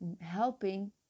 helping